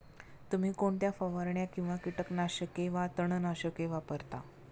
तुम्ही कोणत्या फवारण्या किंवा कीटकनाशके वा तणनाशके वापरता?